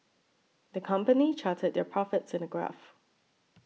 the company charted their profits in a graph